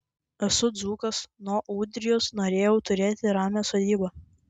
esu dzūkas nuo ūdrijos norėjau turėti ramią sodybą